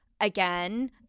again